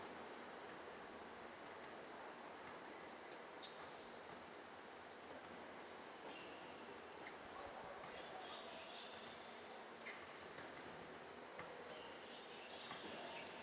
socks huang hsueh